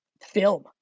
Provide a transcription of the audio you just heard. film